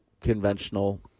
conventional